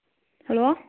hello